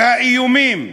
והאיומים,